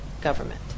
government